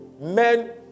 Men